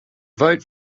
vote